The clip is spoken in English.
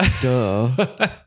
Duh